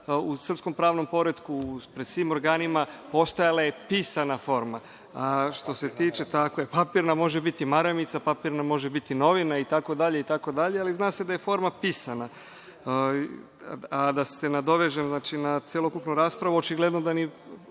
u srpskom pravnom poretku, pred svim organima, postojala je pisana forma. Papirna može biti maramica, papirna može biti novina itd. itd, ali zna se da je forma pisana. Da se nadovežem na celokupnu raspravu, očigledno da ni